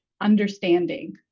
understanding